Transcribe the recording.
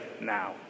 now